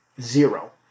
Zero